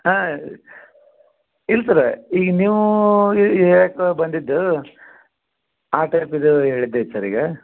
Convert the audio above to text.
ಹಾಂ ಇಲ್ಲಿ ಸರ ಈಗ ನೀವು ಯಾಕೊ ಬಂದದ್ದು ಆ ಟೈಪ್ ಇದು ಹೇಳಿದೈತೆ ಸರ್ ಈಗ